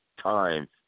time